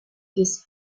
his